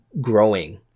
growing